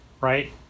right